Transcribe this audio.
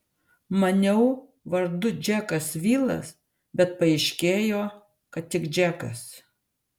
maniau vardu džekas vilas bet paaiškėjo kad tik džekas